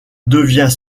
devient